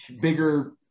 bigger